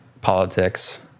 politics